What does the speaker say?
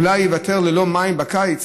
אולי ייוותר ללא מים בקיץ.